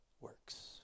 works